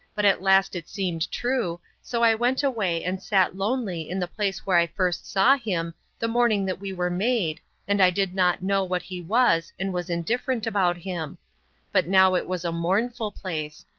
but at last it seemed true, so i went away and sat lonely in the place where i first saw him the morning that we were made and i did not know what he was and was indifferent about him but now it was a mournful place,